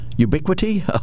Ubiquity